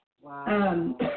Wow